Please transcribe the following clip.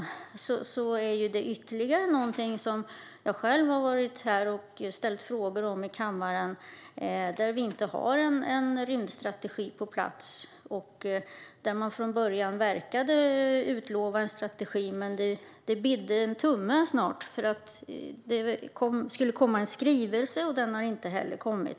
Det är ytterligare någonting som jag har ställt frågor om i kammaren. Vi har inte en rymdstrategi på plats. Från början verkade man utlova en strategi, men det bidde en tumme. Det skulle komma en skrivelse, och den har inte heller kommit.